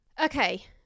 okay